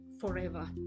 forever